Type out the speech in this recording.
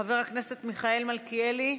חבר הכנסת מיכאל מלכיאלי,